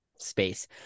space